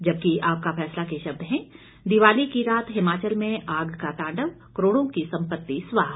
जबकि आपका फैसला के शब्द हैं दिवाली की रात हिमाचल में आग का तांडव करोड़ों की संपत्ति स्वाह